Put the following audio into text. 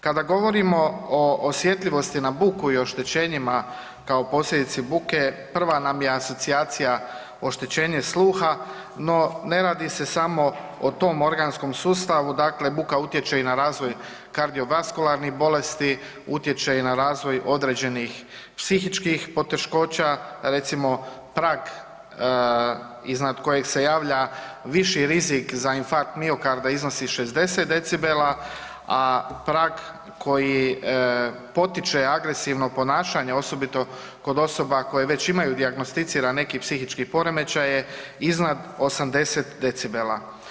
Kada govorimo o osjetljivosti na budu i oštećenjima, kao posljedici buke, prva nam je asocijacija oštećenje sluha, no, ne radi se samo o tome organskom sustavu, dakle, buka utječe i na razvoj kardiovaskularnih bolesti, utječe i na razvoj određenih psihičkih poteškoća, recimo, prag iznad kojeg se javlja viši rizik za infarkt miokarda iznosi 60 decibela, a prag koji potiče agresivno ponašanje, osobito kod osoba koje već imaju dijagnosticirane neke psihičke poremećaje, iznad 80 decibela.